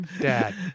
dad